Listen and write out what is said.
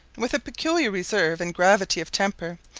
with a peculiar reserve and gravity of temper,